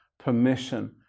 permission